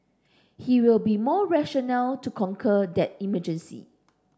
he will be more rational to conquer that emergency